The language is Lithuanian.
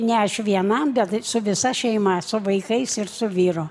ne aš viena bet visa šeima su vaikais ir su vyru